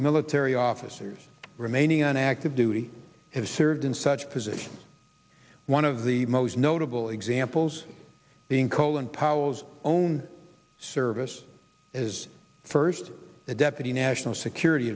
military officers remaining on active duty have served in such positions one of the most notable examples being colin powells own service as first deputy national security